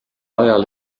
ajal